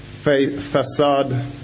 Facade